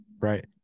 right